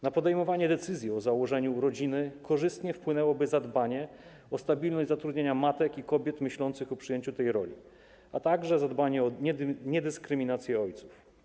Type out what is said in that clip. Na podejmowanie decyzji o założeniu rodziny korzystnie wpłynęłoby zadbanie o stabilność zatrudnienia matek i kobiet myślących o przyjęciu tej roli, a także zadbanie o niedyskryminację ojców.